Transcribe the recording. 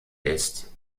ist